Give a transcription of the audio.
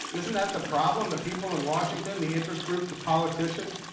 isn't that the problem, the people in washington, the interest groups, the politicians?